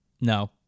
No